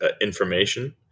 information